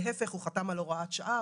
הוא חתם על הוראת שעה,